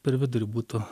per vidurį būtų